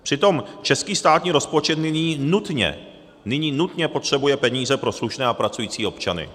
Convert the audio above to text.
Přitom český státní rozpočet nyní nutně nyní nutně potřebuje peníze pro slušné a pracující občany.